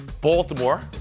Baltimore